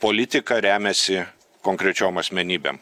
politika remiasi konkrečiom asmenybėm